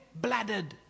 bladdered